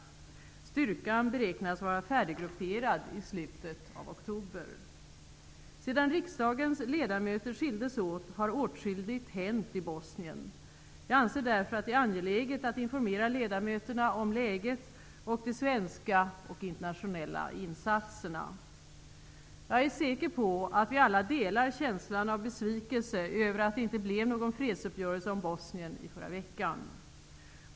Styrkan beräknas vara färdiggrupperad i slutet av oktober. Sedan riksdagens ledamöter skildes åt har åtskilligt hänt i Bosnien. Jag anser därför att det är angeläget att informera ledamöterna om läget och de svenska och internationella insatserna. Jag är säker på att vi alla delar känslan av besvikelse över att det inte blev någon fredsuppgörelse om Bosnien i förra veckan.